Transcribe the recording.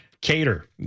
cater